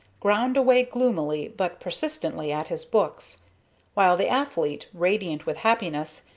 ground away gloomily but persistently at his books while the athlete, radiant with happiness,